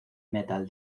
metal